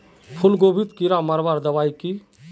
फूलगोभीत कीड़ा मारवार दबाई की?